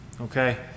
Okay